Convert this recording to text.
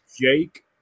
Jake